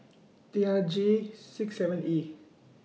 T R G six seven E